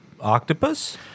octopus